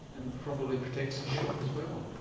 and probably protects his shop as well?